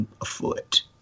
afoot